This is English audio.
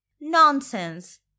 Nonsense